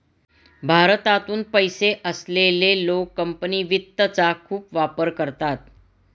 भारतातून पैसे असलेले लोक कंपनी वित्तचा खूप वापर करतात